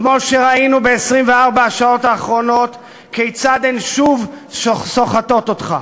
כמו שראינו ב-24 שעות האחרונות כיצד הן שוב סוחטות אותך.